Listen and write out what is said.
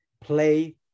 play